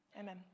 amen